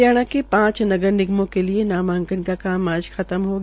हरियाणा के पांच नगर निगमों के लिये नामांकन का काम आज खत्म हो गया